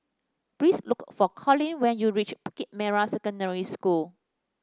please look for Collin when you reach Bukit Merah Secondary School